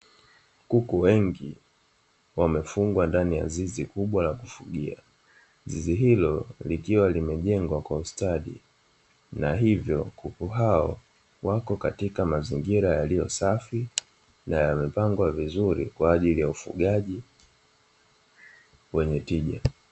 Kuku wengi wamefungwa ndani ya zizi kubwa la kufugia, zizi hilo likiwa limejengwa kwa ustadi na hivyo kuku hao wako katika mazingira yaliyo safi na yamepangwa vizuri kwaajili ya ufugaji wenye tija.